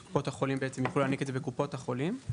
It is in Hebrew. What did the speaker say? שקופות החולים יוכלו להעניק את זה בקופות החולים.